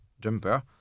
jumper